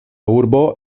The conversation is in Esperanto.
urbo